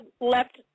left